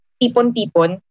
tipon-tipon